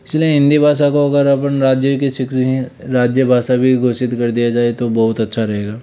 इसीलिए हिंदी भाषा को अगर अपन राज्य की राज्य भाषा भी घोषित कर दिया जाए तो बहुत अच्छा रहेगा